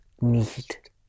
nicht